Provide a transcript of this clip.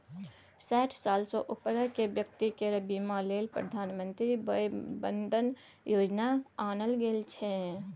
साठि साल सँ उपरक बेकती केर बीमा लेल प्रधानमंत्री बय बंदन योजना आनल गेल छै